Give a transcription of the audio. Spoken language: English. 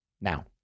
Now